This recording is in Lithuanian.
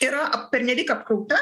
yra pernelyg apkrauta